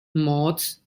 moths